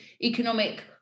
Economic